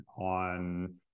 on